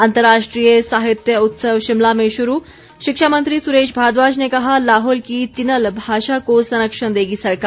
अंतर्राष्ट्रीय साहित्य उत्सव शिमला में शुरू शिक्षा मंत्री सुरेश भारद्वाज ने कहा लाहौल की चिनल भाषा को संरक्षण देगी सरकार